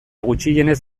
gutxienez